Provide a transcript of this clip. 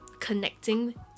connecting